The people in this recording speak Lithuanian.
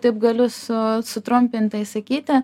taip galiu su sutrumpintai sakyti